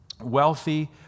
wealthy